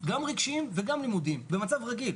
גם רגשיים וגם לימודיים במצב רגיל,